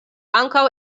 ankaŭ